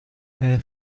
air